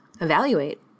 evaluate